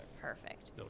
Perfect